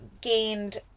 gained